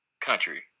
country